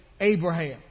Abraham